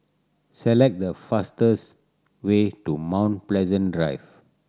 select the fastest way to Mount Pleasant Drive